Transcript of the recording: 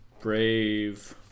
Brave